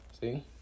See